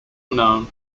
known